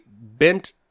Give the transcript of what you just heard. bent